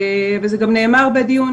זה גם נאמר בדיון,